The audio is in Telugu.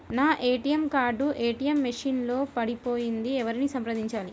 నా ఏ.టీ.ఎం కార్డు ఏ.టీ.ఎం మెషిన్ లో పడిపోయింది ఎవరిని సంప్రదించాలి?